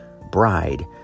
bride